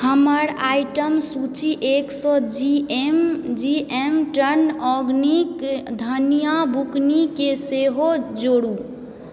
हमर आइटम सूची एक सए जी एम टर्न आर्गेनिक धनिया बुकनीकेँ सेहो जोडू